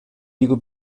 dico